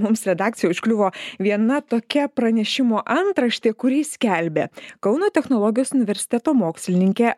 mums redakcijoj užkliuvo viena tokia pranešimo antraštė kurį skelbia kauno technologijos universiteto mokslininkė